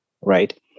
Right